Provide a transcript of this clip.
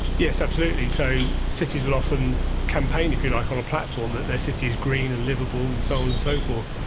yes absolutely. so cities but often campaign if you like, on a platform that their city's green and liveable and so on and so forth.